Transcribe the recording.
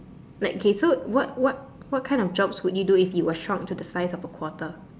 like kay so what what what kind of jobs would you do if you were shrunk to the size of a quarter